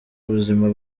ubuzima